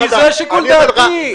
כי זה שיקול דעתי.